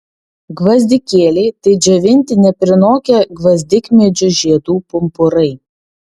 gvazdikėliai tai džiovinti neprinokę gvazdikmedžių žiedų pumpurai